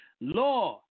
Law